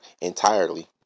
entirely